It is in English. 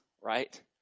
right